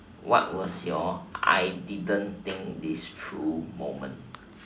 what was your I didn't think this through moment